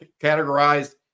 categorized